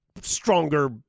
stronger